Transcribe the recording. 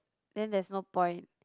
then there's no point